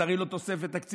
זו הרי לא תוספת תקציבית,